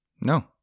No